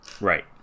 right